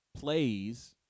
plays